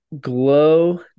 Glow